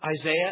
Isaiah